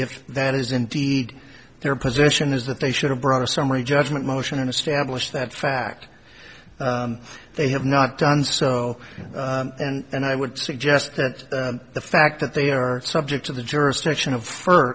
if that is indeed their position is that they should have brought a summary judgment motion and establish that fact they have not done so and i would suggest that the fact that they are subject to the jurisdiction of f